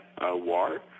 war